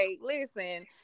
listen